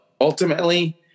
ultimately